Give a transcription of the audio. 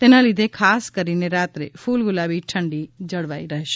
તેના લીધે ખાસ કરીને રાત્રે ફૂલગુલાબી ઠંડી જળવાઇ રહેશે